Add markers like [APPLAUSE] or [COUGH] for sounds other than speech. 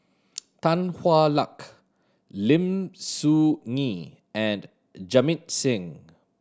[NOISE] Tan Hwa Luck Lim Soo Ngee and Jamit Singh